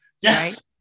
Yes